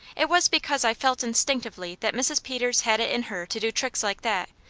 it was because i felt instinctively that mrs. peters had it in her to do tricks like that,